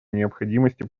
необходимости